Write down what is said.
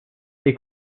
est